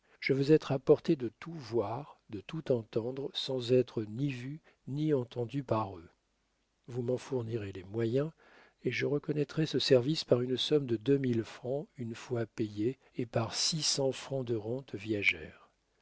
je veux être à portée de tout voir de tout entendre sans être ni vu ni entendu par eux vous m'en fournirez les moyens et je reconnaîtrai ce service par une somme de deux mille francs une fois payée et par six cents francs de rente viagère